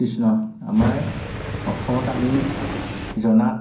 কৃষ্ণ আমাৰ অসমত আমি জনাত